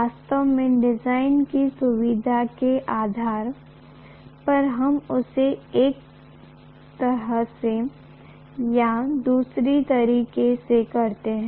वास्तव में डिजाइन की सुविधा के आधार पर हम इसे एक तरह से या दूसरे तरीके से करते हैं